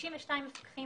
62 מפקחים